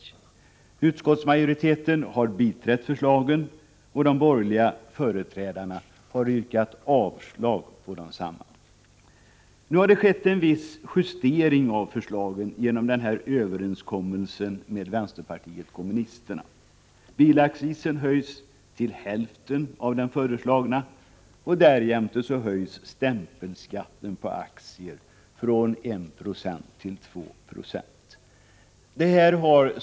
Utskottsmajoriteten har biträtt förslagen, och de borgerliga företrädarna har yrkat avslag på desamma. Nu har det skett en viss justering genom överenskommelsen med vänsterpartiet kommunisterna. Bilaccisen höjs till hälften av den föreslagna, och därjämte höjs stämpelskatten på aktier från 1190 till 2 2.